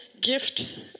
gift